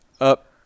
up